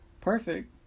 Perfect